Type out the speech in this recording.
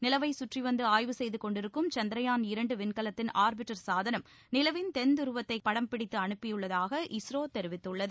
நிலவைச் கற்றி வந்து ஆய்வு செய்து கொண்டிருக்கும் சந்திரயான் இரண்டு விண்கலத்தின் ஆர்பிட்டர் சாதனம் நிலவின் தென்துருவத்தை படம்பிடித்து அனுப்பியுள்ளதாக இஸ்ரோ தெரிவித்துள்ளது